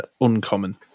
uncommon